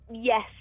Yes